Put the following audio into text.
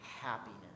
happiness